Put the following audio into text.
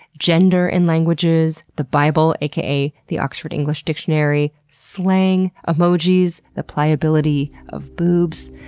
gender in languages, the bible, aka the oxford english dictionary, slang, emojis, the pliability of boobs,